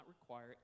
require